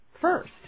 first